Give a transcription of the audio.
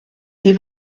die